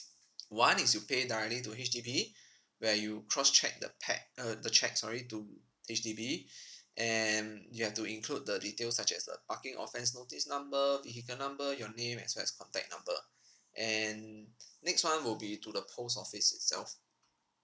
one is you pay directly to H_D_B where you cross check the pack uh the cheque sorry to H_D_B and you have to include the details such as a parking offence notice number vehicle number your name as well as contact number and next one will be to the post office itself